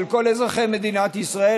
של כל אזרחי מדינת ישראל,